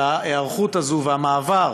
על ההיערכות הזאת והמעבר